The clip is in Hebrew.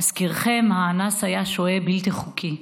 להזכירכם, האנס היה שוהה בלתי חוקי.